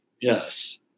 yes